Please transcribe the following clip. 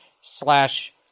slash